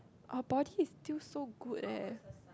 her body is still so good eh